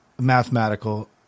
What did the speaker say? mathematical